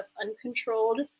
uncontrolled